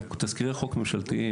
הם לא פוליטיים אלא ממשלתיים,